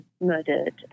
murdered